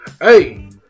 Hey